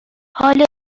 حال